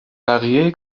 بقیه